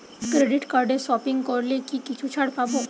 Credit কার্ডে shopping করলে কি কিছু ছাড় পাব?